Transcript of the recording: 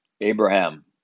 Abraham